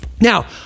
Now